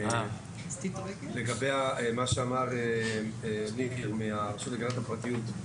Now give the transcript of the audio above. לגבי מה שאמר ניר מהרשות להגנת הפרטיות,